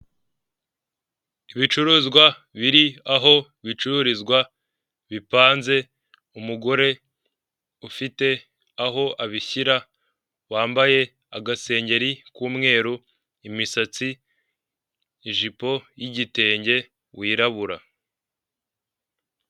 Ibicuruzwa biri aho bicururizwa bipanze, umugore ufite aho abishyira wambaye agasengeri k'umweru, imisatsi, ijipo y'igitenge wirabura.